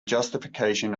justification